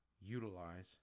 utilize